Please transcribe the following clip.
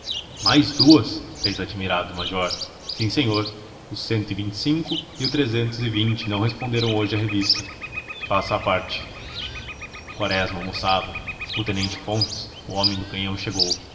mais duas fez admirado o major sim senhor o cento e vinte e cinco e o trezentos e vinte não responderam hoje a revista faça a parte quaresma almoçava o tenente fontes o homem do canhão chegou